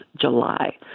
July